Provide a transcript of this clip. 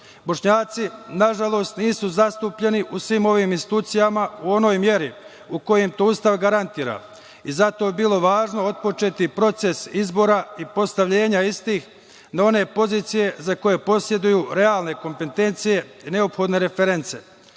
Bošnjaci, nažalost, nisu zastupljeni u svim ovim institucijama u onoj meri u kojim im to Ustav garantira. Zato bi bilo važno otpočeti proces izbora i postavljenja istih na one pozicije za koje poseduju realne kompetencije, neophodne reference.